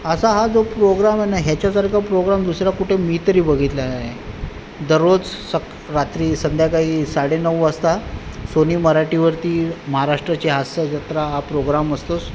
असा हा जो प्रोग्राम आहे ना ह्याच्यासारखा प्रोग्राम दुसरा कुठे मी तरी बघितला नाही दररोज सक रात्री संध्याकाळी साडेनऊ वाजता सोनी मराठीवरती महाराष्ट्राची हास्यजत्रा हा प्रोग्राम असतोच